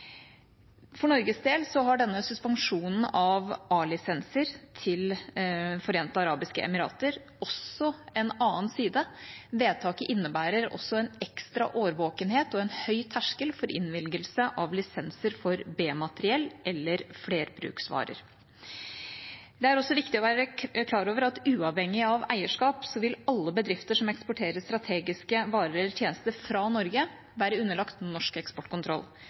For Norges del har denne suspensjonen av A-lisenser til De forente arabiske emirater også en annen side. Vedtaket innebærer også en ekstra årvåkenhet og en høy terskel for innvilgelse av lisenser for B-materiell eller flerbruksvarer. Det er også viktig å være klar over at uavhengig av eierskap vil alle bedrifter som eksporterer strategiske varer og tjenester fra Norge, være underlagt norsk eksportkontroll,